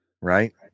right